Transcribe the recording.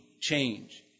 change